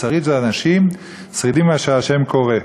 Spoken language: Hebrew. שריד זה אנשים, שרידים מהשואה, שה' קורא.